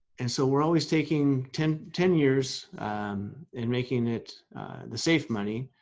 and so we're always taking ten ten years and making it the safe money,